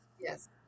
Yes